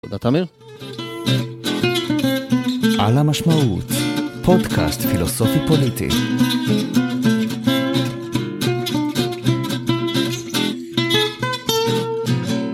תודה תמיר. על המשמעות - פודקאסט פילוסופי פוליטי